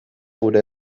gure